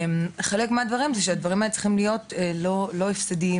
חלק מהעניין הוא שהדברים צריכים להיות לא הפסדיים